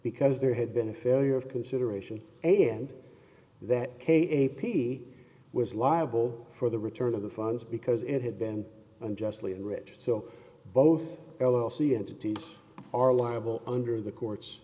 because there had been a failure of consideration am that k p was liable for the return of the funds because it had been unjustly enriched so both l l c entities are liable under the court